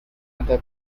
other